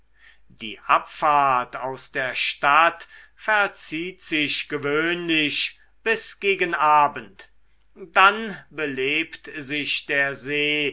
die abfahrt aus der stadt verzieht sich gewöhnlich bis gegen abend dann belebt sich der see